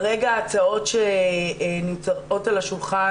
כרגע ההצעות שמתהפכות על השולחן